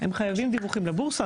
הם חייבים דיווחים לבורסה,